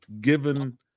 given